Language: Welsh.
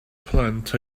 plant